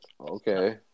Okay